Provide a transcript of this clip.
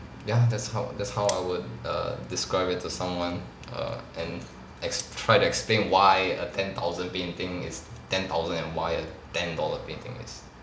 ya that's how that's how I would err describe it to someone err and ex~ try to explain why a ten thousand painting is ten thousand and why a ten dollar painting is